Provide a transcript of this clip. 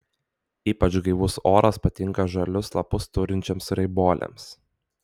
ypač gaivus oras patinka žalius lapus turinčioms raibuolėms